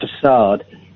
facade